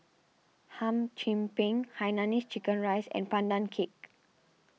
Hum Chim Peng Hainanese Curry Rice and Pandan Cake